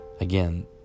again